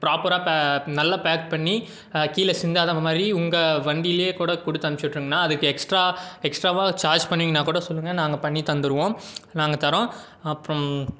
ப்ராப்பராக நல்லா பேக் பண்ணி கீழே சிந்தாத மாதிரி உங்கள் வண்டியிலயே கூட கொடுத்து அனுச்சுட்ருங்கணா அதுக்கு எக்ஸ்ட்ரா எக்ஸ்ட்ராவாக சார்ஜ் பண்ணிங்கனா கூட சொல்லுங்கள் நாங்கள் பண்ணிதந்துடுவோம் நாங்கள் தர்றோம் அப்புறம்